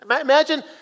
Imagine